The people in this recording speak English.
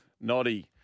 Noddy